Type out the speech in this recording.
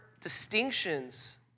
distinctions